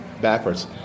backwards